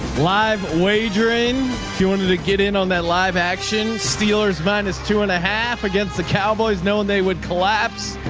live wagering. if you wanted to get in on that live action steelers minus two and a half against the cowboys, knowing they would collapse.